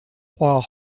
while